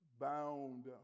bound